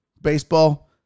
baseball